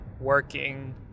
working